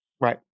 Right